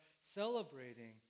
celebrating